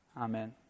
Amen